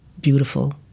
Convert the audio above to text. beautiful